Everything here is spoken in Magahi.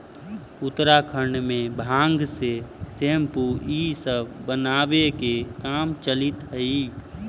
उत्तराखण्ड में भाँग से सेम्पू इ सब बनावे के काम चलित हई